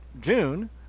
June